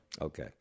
Okay